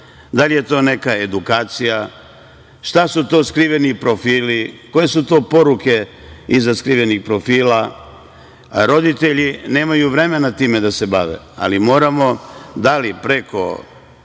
da li je to neka edukacija, šta su to skriveni profili, koje su to poruke iza skrivenih profila. Roditelji nemaju vremena time da se bave, ali moramo, da li preko